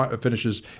finishes